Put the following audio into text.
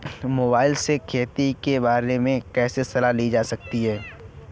Mobile से खेती के बारे कैसे सलाह लिया जा सकता है?